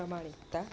પ્રામણિકતા